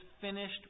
finished